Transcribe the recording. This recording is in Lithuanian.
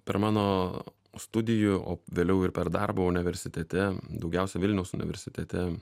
per mano studijų o vėliau ir per darbo universitete daugiausia vilniaus universitete